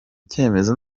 cyemezo